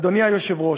אדוני היושב-ראש,